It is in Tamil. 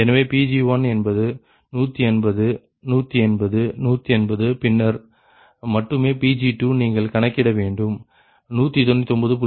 எனவே Pg1 என்பது 180 180 180 பின்னர் மட்டுமே Pg2 நீங்கள் கணக்கிட வேண்டும் 199